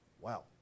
Wow